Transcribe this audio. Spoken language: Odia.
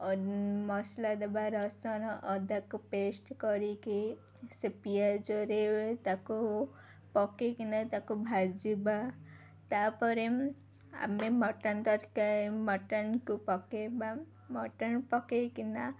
ମସଲା ଦେବା ରସନ୍ ଅଦାକୁ ପେଷ୍ଟ କରିକି ସେ ପିଆଜରେ ତାକୁ ପକେଇକିନା ତାକୁ ଭାଜିବା ତାପରେ ଆମେ ମଟନ୍ ତରକାରୀ ମଟନ୍କୁ ପକେଇବା ମଟନ୍ ପକେଇକିନା